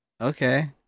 Okay